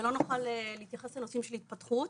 ולא נוכל להתייחס לנושאים של התפתחות.